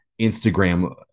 Instagram